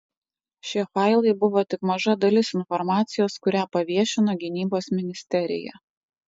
šie failai buvo tik maža dalis informacijos kurią paviešino gynybos ministerija